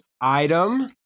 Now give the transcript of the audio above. item